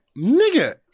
Nigga